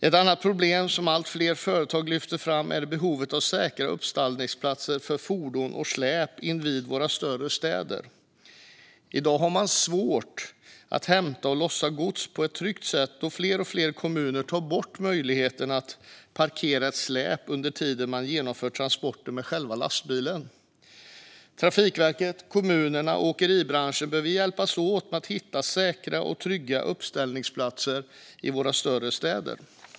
Ett annat problem som allt fler företag lyfter fram är behovet av säkra uppställningsplatser för fordon och släp invid våra större städer. I dag har man svårt att hämta och lossa gods på ett tryggt sätt då fler och fler kommuner tar bort möjligheten att parkera ett släp under tiden man genomför transporter med själva lastbilen. Trafikverket, kommunerna och åkeribranschen behöver hjälpas åt med att hitta säkra och trygga uppställningsplatser i våra större städer.